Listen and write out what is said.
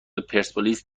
پرسپولیس